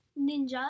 Ninja